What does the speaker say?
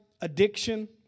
addiction